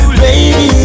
baby